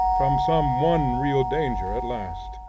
from some one real danger at last.